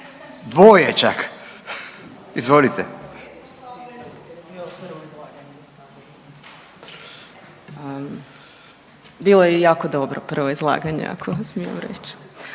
Katarina (RF)** Bilo je jako dobro prvo izlaganje ako smijem reć.